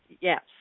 Yes